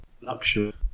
luxury